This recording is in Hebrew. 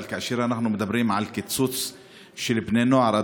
אבל כאשר אנחנו מדברים על קיצוץ לבני נוער,